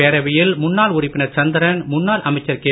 பேரவையில் முன்னாள் உறுப்பினர் சந்திரன் முன்னாள் அமைச்சர் கே